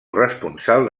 corresponsal